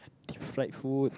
deep fried food